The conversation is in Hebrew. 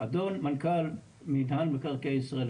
אדון מנכ"ל מנהל מקרקעי ישראל,